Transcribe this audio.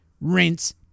rinse